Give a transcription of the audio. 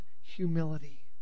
humility